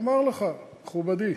אומר לך, מכובדי.